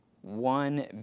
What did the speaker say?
one